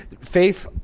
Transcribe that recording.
Faith